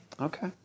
Okay